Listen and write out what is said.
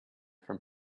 from